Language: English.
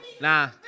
Nah